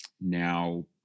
now